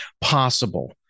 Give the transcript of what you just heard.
possible